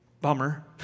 Bummer